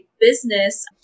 business